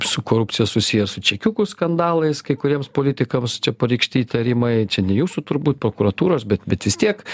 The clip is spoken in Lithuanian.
su korupcija susiję su čekiukų skandalais kai kuriems politikams čia pareikšti įtarimai čia ne jūsų turbūt prokuratūros bet bet vis tiek